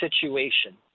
situation